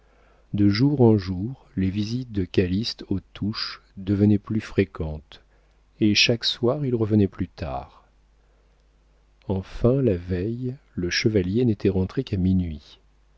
de jour en jour les visites de calyste aux touches devenaient plus fréquentes et chaque soir il revenait plus tard enfin la veille le chevalier n'était rentré qu'à minuit